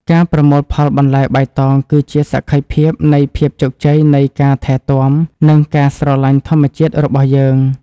ការប្រមូលផលបន្លែបៃតងគឺជាសក្ខីភាពនៃភាពជោគជ័យនៃការថែទាំ និងការស្រឡាញ់ធម្មជាតិរបស់យើង។